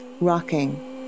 rocking